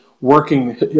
working